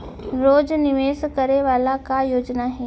रोज निवेश करे वाला का योजना हे?